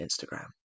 Instagram